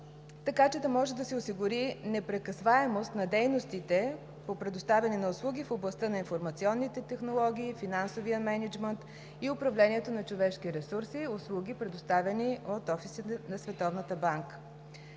така че да може да се осигури непрекъсваемост на дейностите по предоставяне на услуги в областта на информационните технологии, финансовия мениджмънт, управлението на човешки ресурси и услуги, предоставени от офиса на